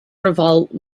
revolt